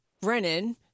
Brennan